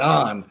on